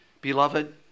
Beloved